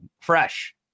fresh